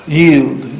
yield